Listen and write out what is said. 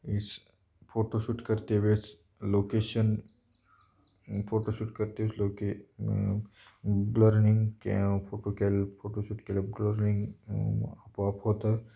S photoshoot करते वेळेस location photoshoot करते लोके ब्लरनिंग फोटो के फोटोशूट केल्या ब्लरिंग आपोआप होतं